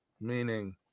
meaning